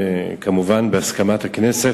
כמובן בהסכמת הכנסת,